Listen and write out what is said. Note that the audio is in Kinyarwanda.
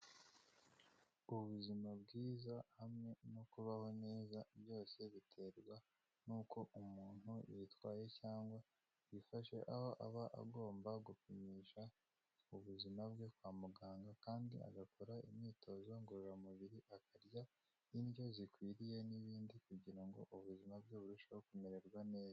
Ubuzima bwiza hamwe no kubaho neza, byose biterwa n'uko umuntu yitwaye cyangwa yifashe, aho aba agomba gupimisha ubuzima bwe kwa muganga kandi agakora imyitozo ngororamubiri, akarya n'indyo zikwiriye n'ibindi kugira ngo ubuzima bwe burusheho kumererwa neza.